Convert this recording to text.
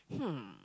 hmm